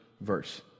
verse